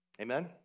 Amen